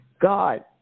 God